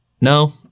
No